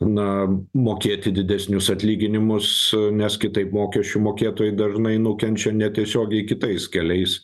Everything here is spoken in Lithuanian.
na mokėti didesnius atlyginimus nes kitaip mokesčių mokėtojai dažnai nukenčia netiesiogiai kitais keliais